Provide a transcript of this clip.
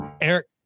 Eric